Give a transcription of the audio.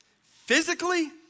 physically